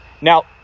Now